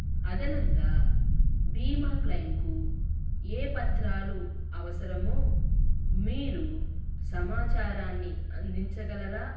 అదనంగా భీమా క్లయిమ్కు ఏ పత్రాలు అవసరమో మీరు సమాచారాన్ని అందించగలరా